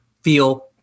feel